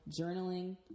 journaling